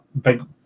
big